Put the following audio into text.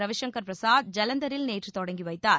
ரவிசங்கர் பிரசாத் ஜலந்தரில் நேற்று தொடங்கி வைத்தார்